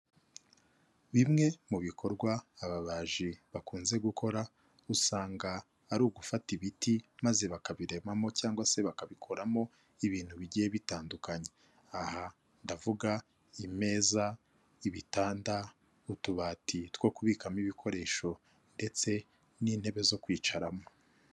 Bimwe mu bikorwa ababaji bakunze gukora usanga ari ugufata ibiti maze bakabiremamo cyangwa se bakabikoramo ibintu bigiye bitandukanye. Aha ndavuga imeza, ibitanda, utubati two kubikamo ibikoresho ndetse n'intebe zo kwicaramo.